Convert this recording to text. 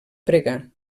pregar